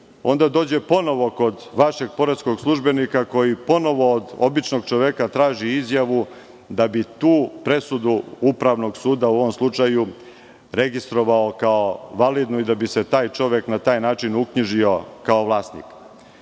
onda dođe ponovo kod vašeg poreskog službenika koji ponovo od običnog čoveka traži izjavu da bi tu presudu upravnog suda u ovom slučaju registrovao kao validnu i da bi se taj čovek na taj način uknjižio kao vlasnik. Verovali